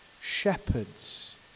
shepherds